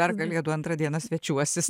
dar kalėdų antrą dieną svečiuosis